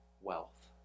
wealth